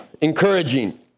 encouraging